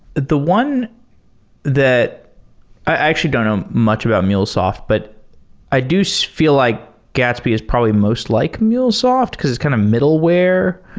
the one that i actually don't know much about mulesoft, but i do's feel like gatsby is probably most like mulesoft, because it's kind of like middleware,